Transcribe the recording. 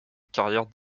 carrière